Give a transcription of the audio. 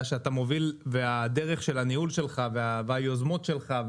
שאתה מוביל והדרך של הניהול שלך והיוזמות שלך,